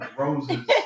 roses